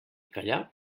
callar